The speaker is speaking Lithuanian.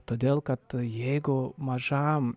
todėl kad jeigu mažam